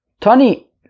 Tony